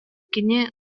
кини